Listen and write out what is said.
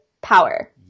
power